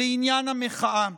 לעניין המחאה.